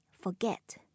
forget